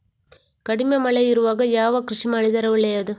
ಕಡಿಮೆ ಮಳೆ ಇರುವಾಗ ಯಾವ ಕೃಷಿ ಮಾಡಿದರೆ ಒಳ್ಳೆಯದು?